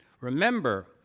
Remember